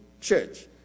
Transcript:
church